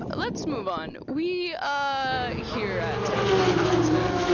let's move on. we ah here at tales from the closet,